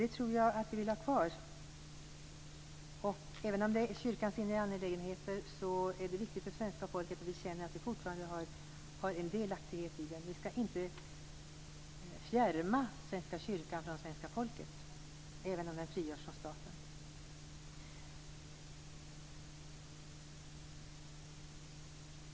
Det tror jag att vi vill ha kvar. Även om det är kyrkans inre angelägenheter är det viktigt för svenska folket att känna att det fortfarande har en delaktighet i dem. Vi skall inte fjärma Svenska kyrkan från svenska folket, även om den frigörs från staten.